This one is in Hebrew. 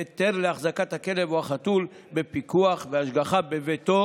ייתן היתר להחזקת הכלב או החתול בפיקוח והשגחה בביתו